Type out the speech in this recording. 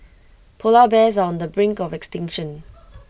Polar Bears on the brink of extinction